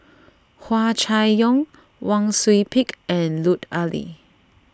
Hua Chai Yong Wang Sui Pick and Lut Ali